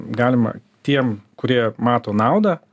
galima tiem kurie mato naudą